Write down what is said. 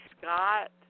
Scott